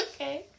Okay